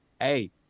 Hey